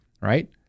right